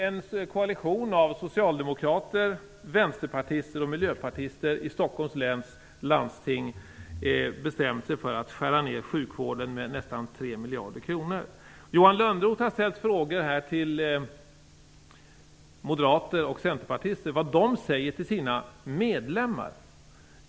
En koalition av socialdemokrater, vänsterpartister och miljöpartister i Stockholms läns landsting har bestämt sig för att skära ned sjukvården med nästan 3 miljarder kronor. Johan Lönnroth har frågat moderater och centerpartister vad de säger till sina medlemmar.